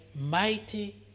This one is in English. mighty